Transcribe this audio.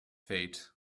fate